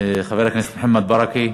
חבר הכנסת מוחמד ברכה,